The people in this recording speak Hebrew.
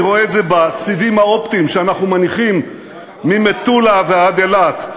אני רואה את זה בסיבים האופטיים שאנחנו מניחים ממטולה ועד אילת,